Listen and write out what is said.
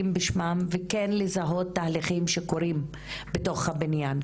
בשמם וכן לזהות תהליכים שקורים בתוך הבניין,